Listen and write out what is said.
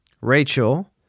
Rachel